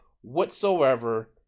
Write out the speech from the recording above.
whatsoever